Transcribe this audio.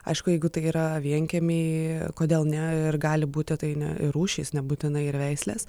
aišku jeigu tai yra vienkiemy kodėl ne ir gali būti tai ne rūšys nebūtinai ir veislės